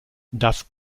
das